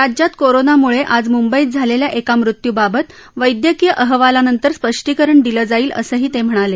राज्यात कोरोनामुळे आज मुंबईत झालेल्या एका मृत्यूबाबत वैद्यकीय अहवालानंतर स्पष्टीकरण दिलं जाईल असंही ते म्हणाले